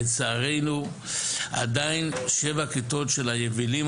לצערנו עדיין שבע כיתות של היבילים